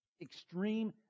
extreme